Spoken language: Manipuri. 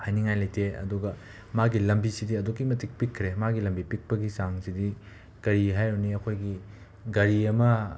ꯍꯥꯏꯅꯤꯡꯉꯥꯏ ꯂꯩꯇꯦ ꯑꯗꯨꯒ ꯃꯥꯒꯤ ꯂꯝꯕꯤꯁꯤꯗꯤ ꯑꯗꯨꯛꯀꯤ ꯃꯇꯤꯛ ꯄꯤꯛꯈ꯭ꯔꯦ ꯃꯥꯒꯤ ꯂꯝꯕꯤ ꯄꯤꯛꯄꯒꯤ ꯆꯥꯡꯁꯤꯗꯤ ꯀꯔꯤ ꯍꯥꯏꯔꯨꯅꯤ ꯑꯩꯈꯣꯏꯒꯤ ꯒꯥꯔꯤ ꯑꯃ